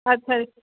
ਅੱਛਾ ਜੀ